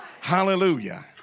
Hallelujah